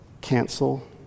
cancel